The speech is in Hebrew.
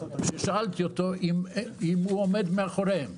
שאלתי אותו אם הוא עומד מאחוריהם.